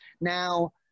Now